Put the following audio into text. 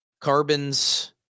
carbons